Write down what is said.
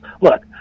Look